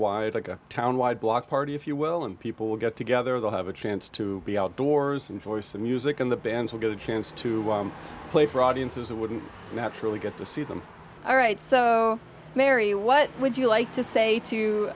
a town wide block party if you will and people will get together they'll have a chance to be outdoors and for some music and the bands will get a chance to play for audiences that wouldn't naturally get to see them all right so mary what would you like to say to